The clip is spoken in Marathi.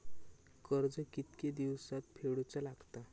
कर्ज कितके दिवसात फेडूचा लागता?